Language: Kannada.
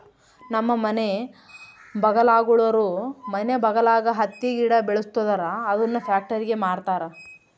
ನಮ್ಮ ಮನೆ ಬಗಲಾಗುಳೋರು ಮನೆ ಬಗಲಾಗ ಹತ್ತಿ ಗಿಡ ಬೆಳುಸ್ತದರ ಅದುನ್ನ ಪ್ಯಾಕ್ಟರಿಗೆ ಮಾರ್ತಾರ